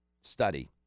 study